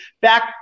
back